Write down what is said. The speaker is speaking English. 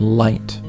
light